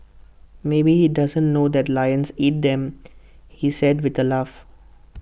maybe he doesn't know that lions eat them he said with A laugh